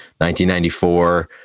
1994